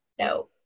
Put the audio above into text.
No